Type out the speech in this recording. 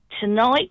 tonight